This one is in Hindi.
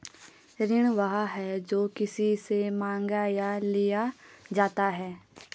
ऋण वह है, जो किसी से माँगा या लिया जाता है